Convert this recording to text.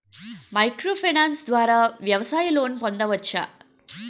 Micro finance ద్వారా వ్యవసాయ loan పొందవచ్చా?